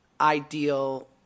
ideal